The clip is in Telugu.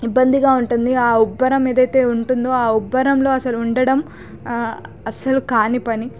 ఇబ్బందిగా ఉంటుంది ఆ ఉబ్బరం ఏదైతే ఉంటుందో ఆ ఉబ్బరం ఆ ఉబ్బరంలో అసలు ఉండడం కాని పని